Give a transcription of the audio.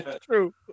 True